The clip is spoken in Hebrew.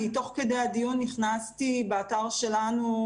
אני תוך כדי הדיון נכנסתי לאתר שלנו